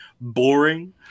boring